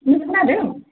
नों खोनादों